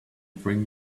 bring